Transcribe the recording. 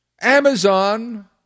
Amazon